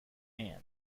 hand